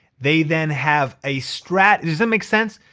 they then have a strategy. does that make sense?